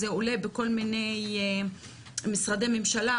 זה עולה בכל מיני משרדי ממשלה.